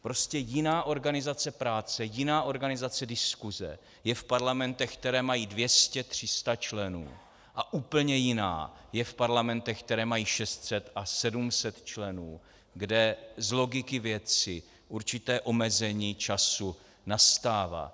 Prostě jiná organizace práce, jiná organizace diskuse je v parlamentech, které mají dvě stě, tři sta členů, a úplně jiná je v parlamentech, které mají šest set a sedm set členů, kde z logiky věci určité omezení času nastává.